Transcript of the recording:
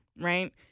right